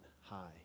high